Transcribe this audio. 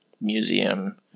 museum